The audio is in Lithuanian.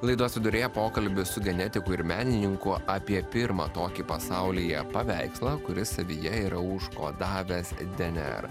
laidos viduryje pokalbis su genetiku ir menininku apie pirmą tokį pasaulyje paveikslą kuris savyje yra užkodavęs dnr